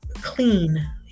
clean